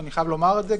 ואני חייב לומר את זה,